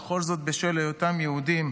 וכל זאת בשל היותם יהודים.